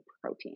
protein